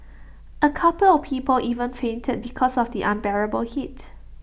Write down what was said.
A couple of people even fainted because of the unbearable heat